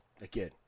again